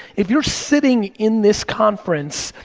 if you're sitting in this conference,